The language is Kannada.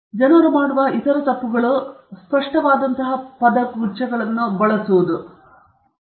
ಮತ್ತು ಜನರು ಮಾಡುವ ಇತರ ತಪ್ಪುಗಳು ಸ್ಪಷ್ಟವಾದಂತಹ ಪದಗುಚ್ಛಗಳನ್ನು ಬಳಸುತ್ತಿವೆ